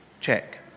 check